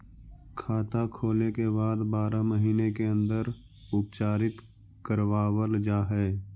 खाता खोले के बाद बारह महिने के अंदर उपचारित करवावल जा है?